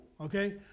okay